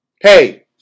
Hey